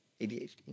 ADHD